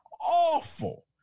awful